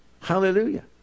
Hallelujah